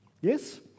...yes